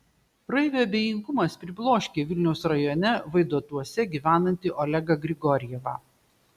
praeivių abejingumas pribloškė vilniaus rajone vaidotuose gyvenantį olegą grigorjevą